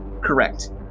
correct